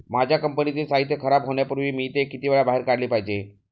माझ्या कंपनीतील साहित्य खराब होण्यापूर्वी मी ते किती वेळा बाहेर काढले पाहिजे?